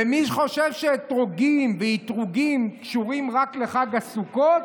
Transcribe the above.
ומי שחושב שאתרוגים ואִתרוגים קשורים רק לחג הסוכות,